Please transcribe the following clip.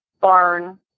barn